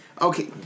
Okay